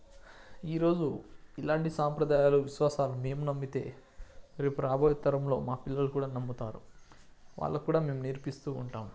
ఈరోజు ఇలాంటి సాంప్రదాయాలు విశ్వాసాలు మేము నమ్మితే రేపు రాబోయే తరంలో మా పిల్లలు కూడా నమ్ముతారు వాళ్ళకు కూడా మేము నేర్పిస్తు ఉంటాం